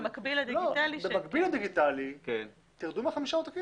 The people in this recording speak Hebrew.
במקביל לדיגיטלי, תרדו מהחמישה עותקים.